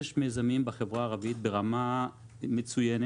יש מיזמים בחברה הערבית ברמה מצוינת,